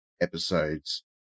episodes